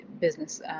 business